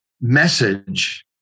message